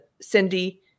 Cindy